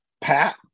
Pat